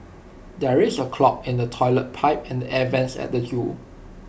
there is A clog in the Toilet Pipe and the air Vents at the Zoo